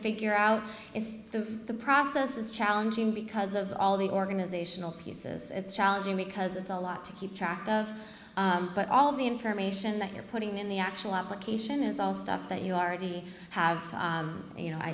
figure out it's the process is challenging because of all the organizational pieces it's challenging because it's a lot to keep track of but all of the information that you're putting in the actual application is all stuff that you already have and you know i